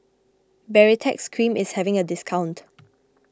Baritex Cream is having a discount